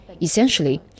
Essentially